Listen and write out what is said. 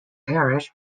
parish